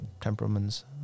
temperaments